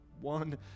one